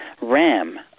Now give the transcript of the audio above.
ram